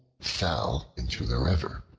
fell into the river.